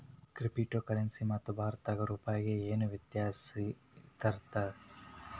Crypto ಕರೆನ್ಸಿಗೆ ಮತ್ತ ಭಾರತದ್ ರೂಪಾಯಿಗೆ ಏನ್ ವ್ಯತ್ಯಾಸಿರ್ತದ?